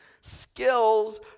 skills